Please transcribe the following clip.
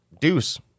Deuce